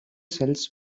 cells